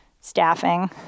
staffing